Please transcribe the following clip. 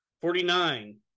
Forty-nine